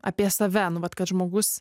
apie save nu vat kad žmogus